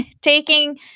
taking